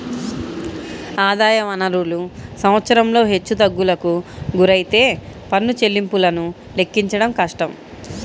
ఆదాయ వనరులు సంవత్సరంలో హెచ్చుతగ్గులకు గురైతే పన్ను చెల్లింపులను లెక్కించడం కష్టం